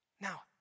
Now